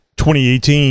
2018